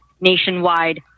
nationwide